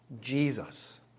Jesus